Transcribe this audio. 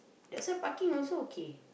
that side parking also okay